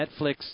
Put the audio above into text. Netflix